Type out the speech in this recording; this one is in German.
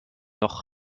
noch